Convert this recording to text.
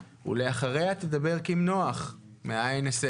ואחריה תדבר קים נח מה-INSS.